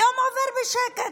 היום עובר בשקט,